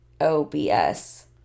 OBS